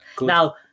Now